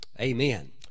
amen